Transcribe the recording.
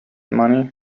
money